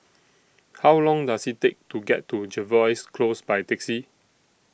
How Long Does IT Take to get to Jervois Close By Taxi